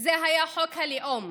זה היה חוק הלאום,